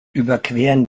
überqueren